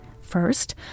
First